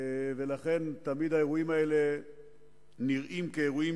ולכן תמיד האירועים האלה נראים כאירועים